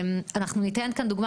אנחנו ניתן כאן דוגמא